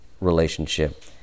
relationship